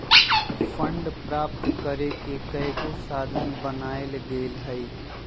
fund प्राप्त करेके कयगो साधन बनाएल गेल हइ